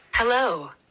Hello